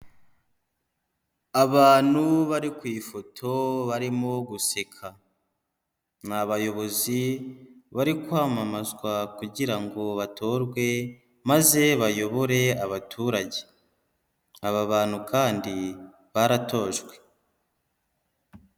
Abantu bari ku ifoto barimo guseka, ni abayobozi bari kwamamazwa kugira ngo batorwe maze bayobore abaturage, aba bantu kandi baratojwe.